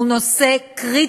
הוא נושא קריטי,